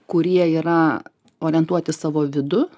kurie yra orientuoti į savo vidų